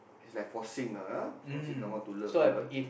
it's like forcing ah ah forcing someone to love you ah